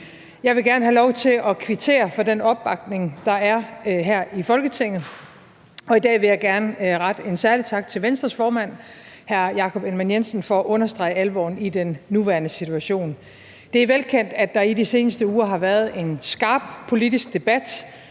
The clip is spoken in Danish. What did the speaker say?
Jeg vil gerne have lov til at kvittere for den opbakning, der er her i Folketinget, og i dag vil jeg gerne rette en særlig tak til Venstres formand, hr. Jakob Ellemann-Jensen, for at understrege alvoren i den nuværende situation. Det er velkendt, at der i de seneste uger har været en skarp politisk debat.